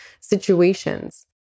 situations